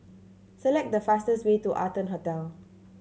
select the fastest way to Arton Hotel